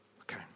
Okay